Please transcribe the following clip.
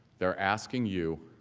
they are asking you